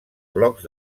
blocs